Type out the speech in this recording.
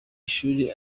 ishuri